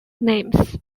names